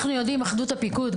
אנחנו יודעים אחדות הפיקוד,